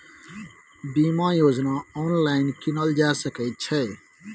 बीमा योजना ऑनलाइन कीनल जा सकै छै?